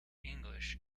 english